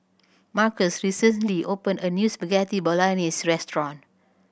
Markus recently opened a new Spaghetti Bolognese restaurant